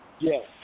Yes